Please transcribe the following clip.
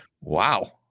Wow